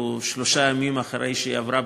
שלושה ימים אחרי שהיא עברה בממשלה,